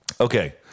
Okay